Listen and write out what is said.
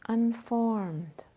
unformed